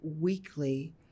weekly